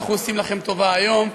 אנחנו עושים לכם טובה היום,